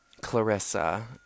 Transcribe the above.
Clarissa